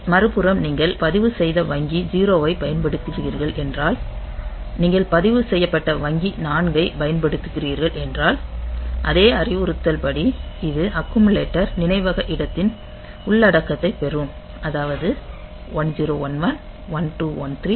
மறுபுறம் நீங்கள் பதிவுசெய்த வங்கி 0 ஐப் பயன்படுத்துகிறீர்கள் என்றால் நீங்கள் பதிவுசெய்யப்பட்ட வங்கி 4 ஐ பயன்படுத்துகிறீர்கள் என்றால் அதே அறிவுறுத்தல்படி இது அக்குமுலேட்டர் நினைவக இடத்தின் உள்ளடக்கத்தைப் பெறும் அதாவது 1011 1213